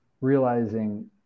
realizing